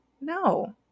No